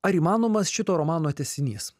ar įmanomas šito romano tęsinys